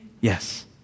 Yes